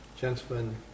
Gentlemen